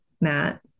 Matt